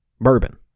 bourbon